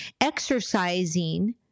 exercising